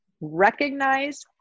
recognize